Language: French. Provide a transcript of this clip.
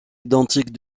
identiques